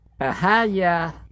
Ahaya